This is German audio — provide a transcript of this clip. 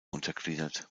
untergliedert